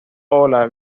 hola